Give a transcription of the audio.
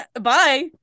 Bye